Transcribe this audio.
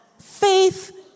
Faith